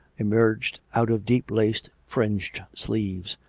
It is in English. emerged out of deep lace-fringed sleeves,